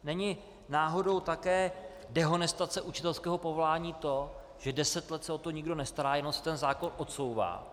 Není náhodou také dehonestace učitelského povolání to, že deset let se o to nikdo nestará, jenom se ten zákon odsouvá?